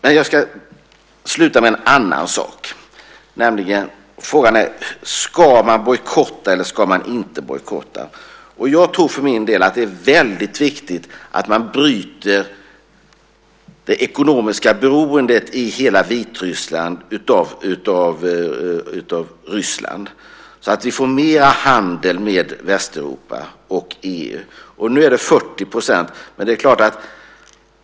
Men jag ska sluta med en annan sak, nämligen frågan: Ska man bojkotta, eller ska man inte bojkotta? Jag tror för min del att det är väldigt viktigt att man bryter det ekonomiska beroendet i hela Vitryssland av Ryssland, så att det blir mera handel med Västeuropa och EU. Nu är det 40 %.